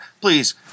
please